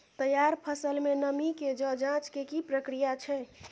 तैयार फसल में नमी के ज जॉंच के की प्रक्रिया छै?